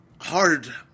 hard